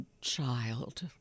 child